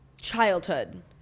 childhood